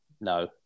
no